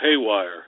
haywire